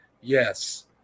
Yes